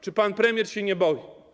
Czy pan premier się nie boi?